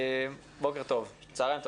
צהריים טובים.